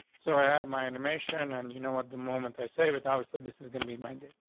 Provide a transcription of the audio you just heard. so i have my animation and you know what? the moment i say with obviously this is gonna be my dear.